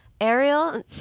Ariel